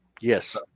Yes